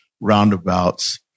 roundabouts